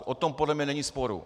O tom podle mě není sporu.